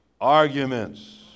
arguments